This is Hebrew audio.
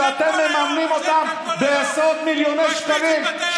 שאתם מממנים אותם בעשרות-מיליוני שקלים.